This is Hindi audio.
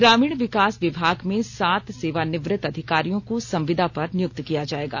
ग्रामीण विकास विभाग में सात सेवानिवृत्त अधिकारियों को संविदा पर नियुक्त किया जायेगा